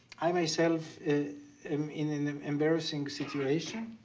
i myself am in an embarrassing situation.